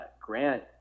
Grant